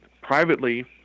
Privately